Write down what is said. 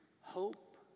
hope